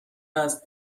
است